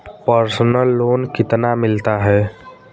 Personal loan कितना मिलता है?